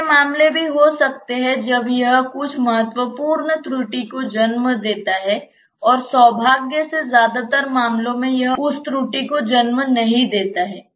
ऐसे मामले हो सकते हैं जब यह कुछ महत्वपूर्ण त्रुटि को जन्म देता है और सौभाग्य से ज्यादातर मामलों में यह उस त्रुटि को जन्म नहीं देता है